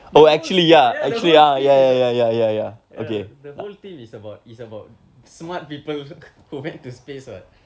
the whole ya the whole theme is about ya the whole theme is about is about smart people go back to space [what]